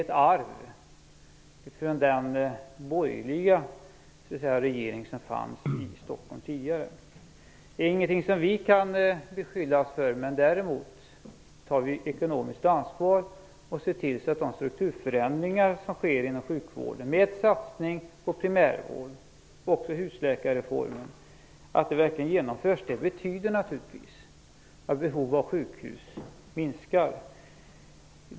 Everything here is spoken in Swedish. Situationen i Stockholms läns landsting är ju, Mats Stockholm. Det är ingenting som vi kan beskyllas för. Däremot tar vi ett ekonomiskt ansvar och ser till så att de strukturförändringar som sker inom sjukvården - verkligen genomförs. Det betyder naturligtvis att behovet av sjukhus minskar.